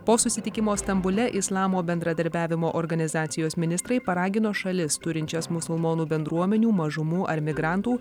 po susitikimo stambule islamo bendradarbiavimo organizacijos ministrai paragino šalis turinčias musulmonų bendruomenių mažumų ar migrantų